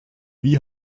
wie